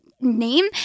name